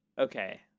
okay